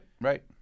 right